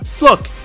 look